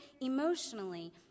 emotionally